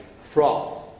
fraud